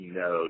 no